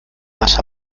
más